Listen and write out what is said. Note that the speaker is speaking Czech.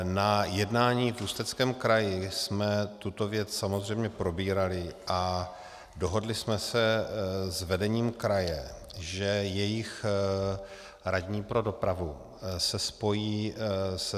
Na jednání v Ústeckém kraji jsme tuto věc samozřejmě probírali a dohodli jsme se s vedením kraje, že jejich radní pro dopravu se spojí se